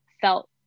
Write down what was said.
felt